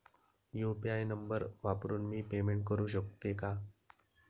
UPI number वापरून मी payment करू शकते का?